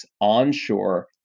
onshore